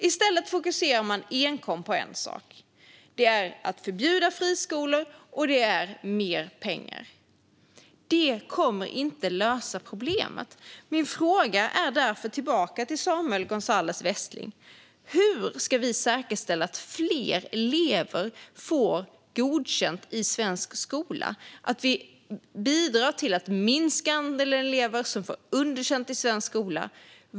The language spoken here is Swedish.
I stället fokuserar man enkom på att förbjuda friskolor och på mer pengar. Det kommer inte att lösa problemet. Min fråga tillbaka till Samuel Gonzalez Westling är därför: Hur ska vi säkerställa att fler elever får godkänt i svensk skola? Hur bidrar vi till att minska andelen elever som får underkänt i svensk skola?